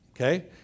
okay